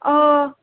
অঁ